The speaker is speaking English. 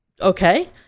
okay